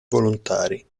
volontari